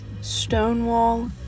stonewall